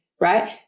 right